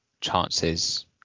chances